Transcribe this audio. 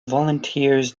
volunteers